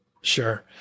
Sure